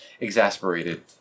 Exasperated